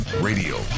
Radio